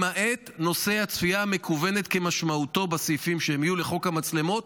למעט נושא הצפייה המקוונת כמשמעותו בסעיפים שיהיו לחוק המצלמות